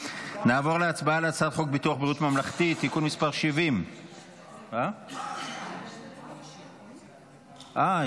נעבור להצבעה על הצעת חוק ביטוח בריאות ממלכתי (תיקון מס' 70). אה,